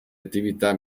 attività